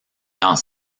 dans